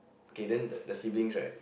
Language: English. okay then the the siblings right